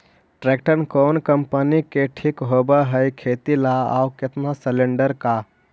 Tractor कोन company के ठीक होब है खेती ल औ केतना सलेणडर के?